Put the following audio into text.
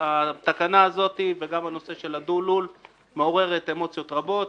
התקנה הזאת וגם הנושא של הדו-לול מעוררת אמוציות רבות.